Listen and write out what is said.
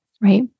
right